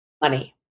money